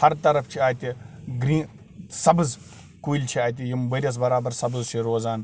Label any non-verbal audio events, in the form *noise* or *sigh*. ہر طرف چھِ اَتہِ *unintelligible* سَبٕز کُلۍ چھِ اَتہِ یِم ؤریَس بَرابر سَبٕز چھِ روزان